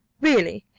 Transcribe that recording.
really,